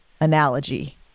analogy